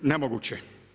Nemoguće.